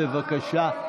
בבקשה.